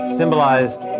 symbolized